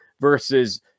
versus